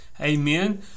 amen